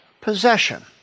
possession